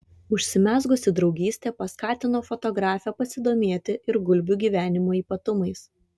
užsimezgusi draugystė paskatino fotografę pasidomėti ir gulbių gyvenimo ypatumais